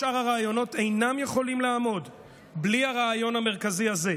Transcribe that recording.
אינם יכולים לעמוד בלי הרעיון המרכזי הזה.